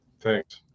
Thanks